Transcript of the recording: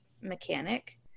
mechanic